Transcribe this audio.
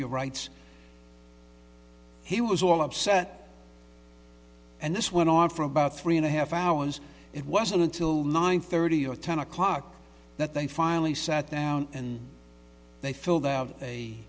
your rights he was all upset and this went on for about three and a half hours it wasn't until nine thirty or ten o'clock that they finally sat down and they filled out a